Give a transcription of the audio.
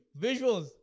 Visuals